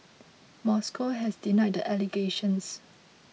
Moscow has denied the allegations